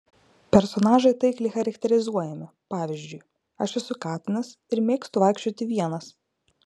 personažai taikliai charakterizuojami pavyzdžiui aš esu katinas ir mėgstu vaikščioti vienas